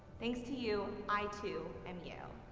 thanks to you, i too am yale.